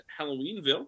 Halloweenville